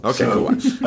Okay